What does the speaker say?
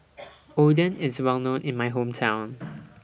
Oden IS Well known in My Hometown